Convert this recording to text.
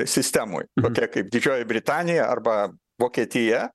sistemoj tokioj kaip didžioji britanija arba vokietija